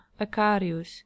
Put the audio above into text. Acarius